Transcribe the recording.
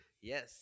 Yes